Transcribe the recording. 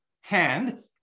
hand